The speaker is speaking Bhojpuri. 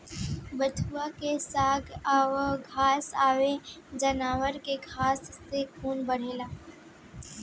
बथुआ के साग एगो घास हवे जावना के खाए से खून बढ़ेला